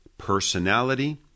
Personality